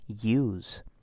use